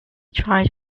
tried